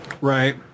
Right